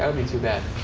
um be too bad.